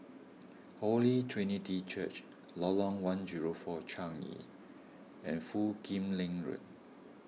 Holy Trinity Church Lorong one zero four Changi and Foo Kim Lin Road